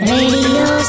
Radio